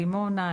דימונה,